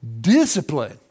Discipline